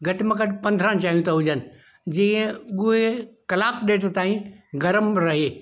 घटि में घटि पंद्राहं चांहियूं त हुजनि जीअं उहे कलाकु ॾेढ ताईं गरमु रहे